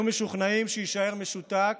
הם היו משוכנעים שיישאר משותק